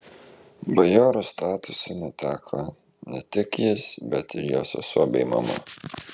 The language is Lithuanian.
bajoro statuso neteko ne tik jis bet ir jo sesuo bei mama